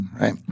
right